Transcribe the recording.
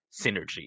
synergy